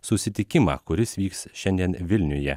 susitikimą kuris vyks šiandien vilniuje